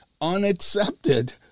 unaccepted